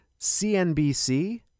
CNBC